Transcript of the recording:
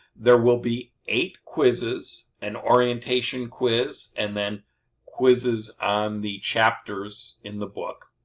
there will be eight quizzes, an orientation quiz and then quizzes on the chapters in the book.